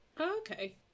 Okay